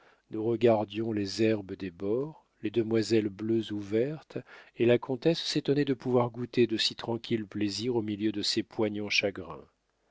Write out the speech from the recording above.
nous regardions les herbes des bords les demoiselles bleues ou vertes et la comtesse s'étonnait de pouvoir goûter de si tranquilles plaisirs au milieu de ses poignants chagrins